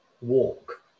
Walk